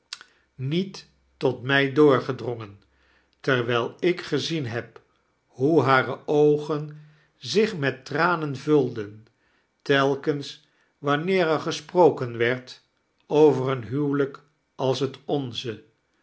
niet kerstvertellingen tot mij doorgedrongen terwijl ik geziea heb hoe hare oogen zich met tranen vulden telkens wanneer er gesproken w rd over een huwelijk als het ooze